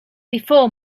before